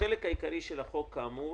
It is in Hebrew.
החלק העיקרי של החוק כאמור,